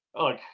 look